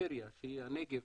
בפריפריה שהיא הנגב,